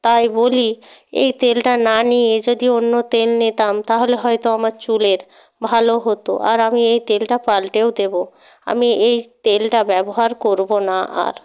তাই বলি এই তেলটা না নিয়ে যদি অন্য তেল নিতাম তাহলে হয়তো আমার চুলের ভালো হতো আর আমি এই তেলটা পাল্টেও দেব আমি এই তেলটা ব্যবহার করব না আর